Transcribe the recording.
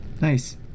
Nice